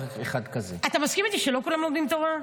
אחד --- אתה מסכים איתי שלא כולם לומדים תורה?